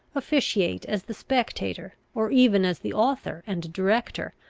officiate as the spectator, or even as the author and director,